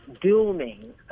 dooming